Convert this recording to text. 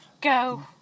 go